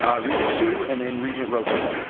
ah regent hsu and then regent rosha.